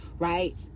right